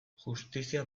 justizia